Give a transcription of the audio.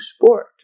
sport